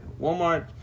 Walmart